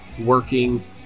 working